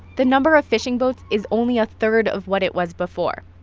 the number of fishing boats is only a third of what it was before.